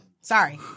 Sorry